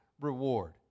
reward